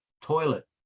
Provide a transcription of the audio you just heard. toilet